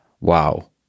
Wow